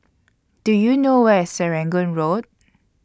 Do YOU know Where IS Serangoon Road